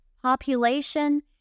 Population